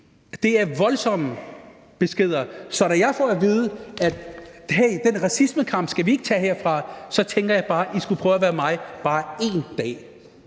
Det er voldsomme beskeder. Så da jeg får at vide, at hey, den racismekamp skal vi ikke tage herfra, så tænker jeg bare, at I skulle prøve at være mig bare én dag.